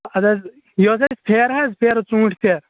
اَدٕ حظ یہِ اوس اَسہِ پھیرٕ حظ پھیرٕ ژوٗنٹھۍ پھیرٕ